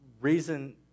reason